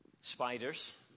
spiders